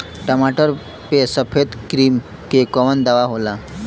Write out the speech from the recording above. टमाटर पे सफेद क्रीमी के कवन दवा होला?